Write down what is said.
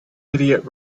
idiot